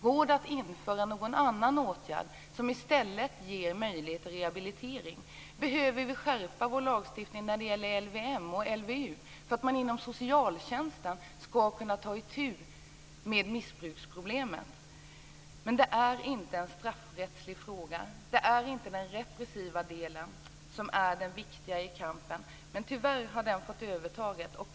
Går det att införa en annan åtgärd som i stället ger möjlighet till rehabilitering? Behöver vi skärpa vår lagstiftning när det gäller LVM och LVU för att man inom socialtjänsten skall kunna ta itu med missbruksproblemen? Men det är inte en straffrättslig fråga. Det är inte den repressiva delen som är det viktiga i kampen. Men tyvärr har den fått övertaget.